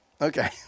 Okay